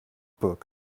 book